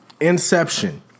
Inception